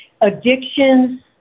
addictions